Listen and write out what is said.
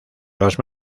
los